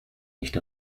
nicht